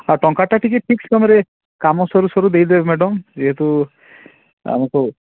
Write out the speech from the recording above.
ହଁ ଟଙ୍କାଟା ଟିକିଏ ଠିକ୍ ସମୟରେ କାମ ସରୁ ସରୁ ଦେଇ ଦେବେ ମ୍ୟାଡ଼ାମ୍ ଯେହେତୁ ଆମକୁ